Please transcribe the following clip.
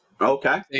okay